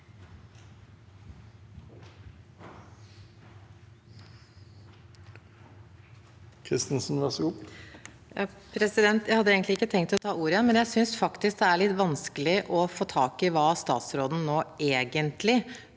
Kristensen (H) Jeg hadde egentlig ikke tenkt å ta ordet igjen, men jeg synes faktisk det er litt vanskelig å få tak i hva statsråden nå egentlig